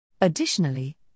Additionally